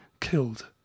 killed